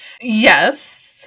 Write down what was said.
yes